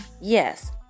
Yes